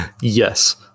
Yes